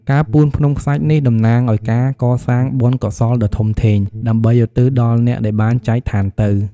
ការពូនភ្នំខ្សាច់នេះតំណាងឲ្យការកសាងបុណ្យកុសលដ៏ធំធេង ដើម្បីឧទ្ទិសដល់អ្នកដែលបានចែកឋានទៅ។